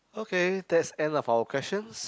okay that's end of our questions